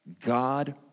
God